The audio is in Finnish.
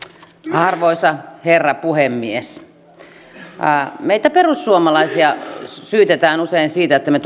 arvoisa herra puhemies meitä perussuomalaisia syytetään usein siitä että me